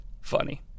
funny